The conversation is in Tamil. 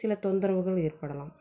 சில தொந்தரவுகள் ஏற்படலாம்